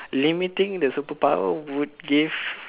limiting the superpower would give